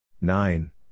Nine